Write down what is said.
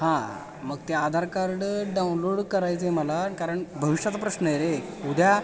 हां मग ते आधार कार्ड डाउनलोड करायचं आहे मला कारण भविष्याचं प्रश्न आहे रे उद्या